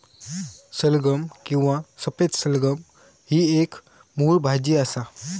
सलगम किंवा सफेद सलगम ही एक मुळ भाजी असा